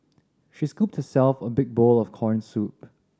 she scooped herself a big bowl of corn soup